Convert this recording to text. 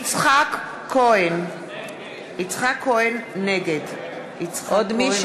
(קוראת בשם חבר הכנסת) יצחק כהן, נגד יש עוד מישהו